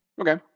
Okay